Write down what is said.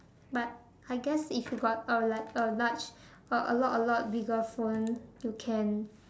but I guess if you got a like a large a lot a lot bigger phone you can